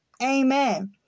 Amen